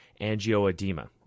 angioedema